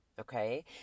Okay